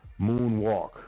moonwalk